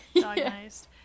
diagnosed